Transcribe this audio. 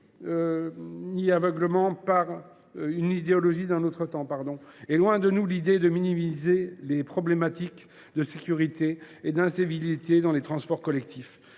aveuglé par une idéologie d’un autre temps. Loin de nous l’idée de minimiser les questions de sécurité et d’incivilité dans les transports collectifs.